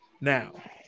Now